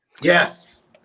Yes